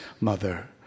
mother